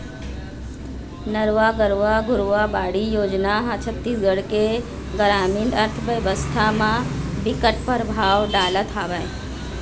नरूवा, गरूवा, घुरूवा, बाड़ी योजना ह छत्तीसगढ़ के गरामीन अर्थबेवस्था म बिकट परभाव डालत हवय